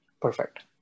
Perfect